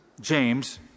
James